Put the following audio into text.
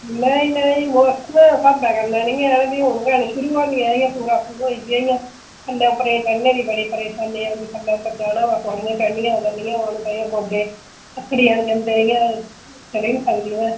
नेईं नेईं मौसमें दे स्हाबें कनै नेईं हून गै न शुरु होई दियां पूरा सीजन होई गेआ इ'यां थल्लै उप्परै गी चढ़ने गी बड़ी परेशानी औंदी कुतै थल्ले उप्पर जाना होऐ ते पौढ़ियां चढंनी उतरनियां होन ते एह् गोह्डे अकडी जन जंदे इ'यां चली नी सकदी में